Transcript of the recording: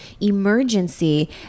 emergency